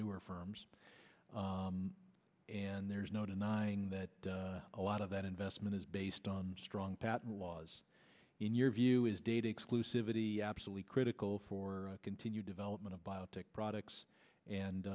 newer firms and there's no denying that a lot of that investment is based on strong patent laws in your view is data exclusivities absolutely critical for continued development of biotech products and